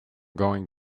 going